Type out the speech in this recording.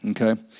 Okay